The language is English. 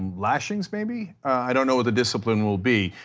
lashings may be? i don't know at the discipline will be.